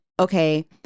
okay